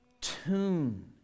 tune